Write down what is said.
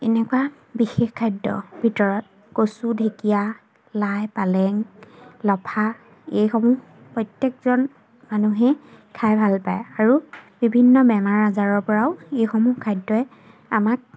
এনেকুৱা বিশেষ খাদ্য ভিতৰত কচু ঢেঁকীয়া লাই পালেং লফা এইসমূহ প্ৰত্যেকজন মানুহে খাই ভালপায় আৰু বিভিন্ন বেমাৰ আজাৰৰপৰাও এইসমূহ খাদ্যই আমাক